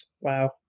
Wow